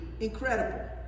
incredible